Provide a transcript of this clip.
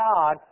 God